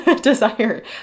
desire